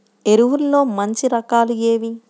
ఎరువుల్లో మంచి రకాలు ఏవి?